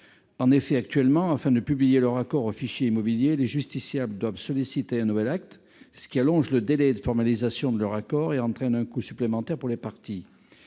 En effet, actuellement, afin de publier leur accord au fichier immobilier, les justiciables doivent solliciter un nouvel acte, ce qui allonge le délai de formalisation de leur accord et entraîne un coût supplémentaire pour les parties.